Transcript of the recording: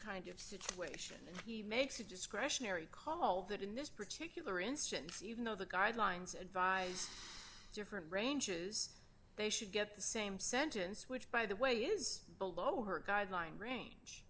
kind of situation he makes a discretionary call that in this particular instance even though the guidelines advise different ranges they should get the same sentence which by the way is below her guideline range